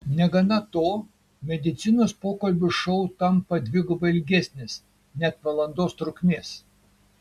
negana to medicinos pokalbių šou tampa dvigubai ilgesnis net valandos trukmės